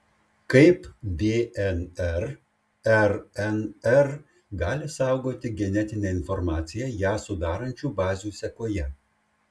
kaip dnr rnr gali saugoti genetinę informaciją ją sudarančių bazių sekoje